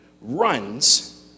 runs